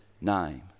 name